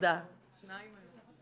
שניים היום.